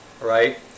right